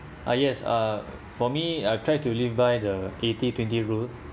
ah yes uh for me I try to live by the eighty twenty rule